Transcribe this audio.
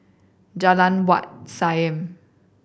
Jalan Wat Siam